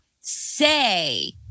say